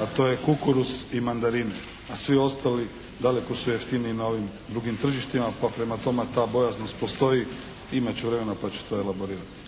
a to je kukuruz i mandarine, a svi ostali daleko su jeftiniji na ovim drugim tržištima pa prema tome ta bojazan postoji, imati ću vremena pa ću to elaborirati.